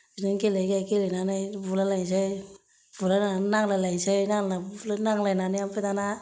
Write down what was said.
बिदिनो गेले गेलेनानै बुलायलायनोसै बुलायलायनानै नांलायलायनोसै नांलायना बुफ्लायना नांलायनानै ओमफ्राय दाना